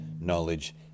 knowledge